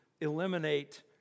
eliminate